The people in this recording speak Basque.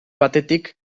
batetik